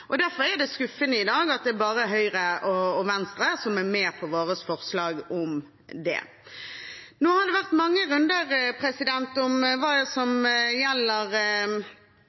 Derfor er det skuffende at det i dag bare er Høyre og Venstre som er med på våre forslag om det. Nå har det vært mange runder om det som gjelder